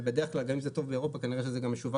ובדרך כלל אם זה טוב לאירופה כנראה שזה גם ישווק